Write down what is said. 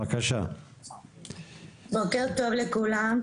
בוקר טוב לכולם,